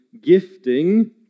gifting